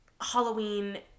Halloween